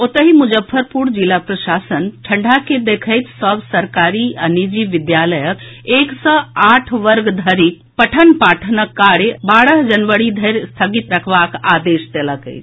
ओतहि मुजफ्फरपुर जिला प्रशासन ठंढ़ा के देखैत सभ सरकारी आ निजी विद्यालयक एक सँ आठ वर्ग धरिक पठन पाठनक काज बारह जनवरी धरिक स्थगित रखबाक आदेश देलक अछि